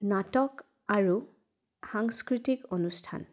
নাটক আৰু সাংস্কৃতিক অনুষ্ঠান